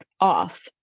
off